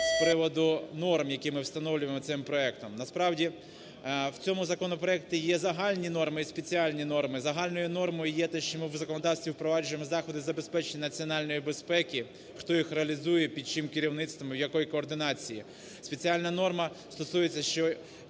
з приводу норм, які ми встановлюємо цим проектом. Насправді, в цьому законопроекті є загальні норми і спеціальні норми. Загальною нормою є те, що ми в законодавстві впроваджуємо заходи забезпечення національної безпеки, хто їх реалізує, під чиїм керівництвом і якої координації. Спеціальна норма стосується що…